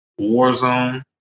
Warzone